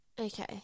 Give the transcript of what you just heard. Okay